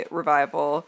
revival